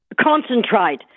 concentrate